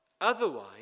Otherwise